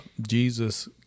jesus